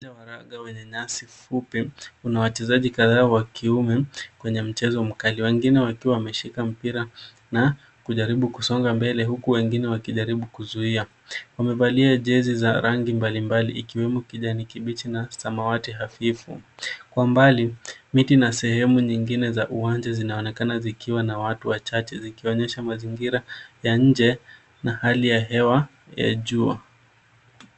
Uwanja wenye nyasi fupi una wachezaji kadhaa wa kiume kwenye mchezo mkali. Wengine wakiwa wameshika mpira na kujaribu kusonga mbele, huku wengine wakijaribu kuzuia. Wamevalia jezi za rangi mbalimbali ikiwemo kijani kibichi na samawati hafifu. Kwa mbali miti na sehemu nyingine za uwanja zinaonekana zikiwa na watu wachache, zikionyesha mazingira ya nje na hali ya hewa na jua.